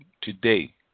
today